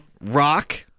Rock